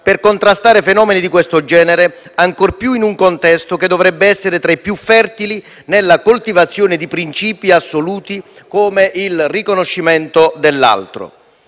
per contrastare fenomeni di questo genere, ancor più in un contesto che dovrebbe essere tra i più fertili nella coltivazione di principi assoluti, come il riconoscimento dell'altro.